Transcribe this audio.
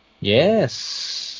Yes